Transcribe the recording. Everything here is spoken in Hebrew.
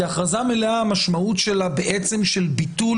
כי הכרזה מלאה המשמעות שלה בעצם של ביטול